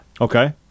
Okay